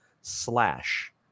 slash